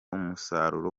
umusaruro